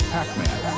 Pac-Man